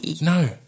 No